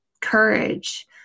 courage